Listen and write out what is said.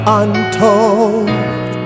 untold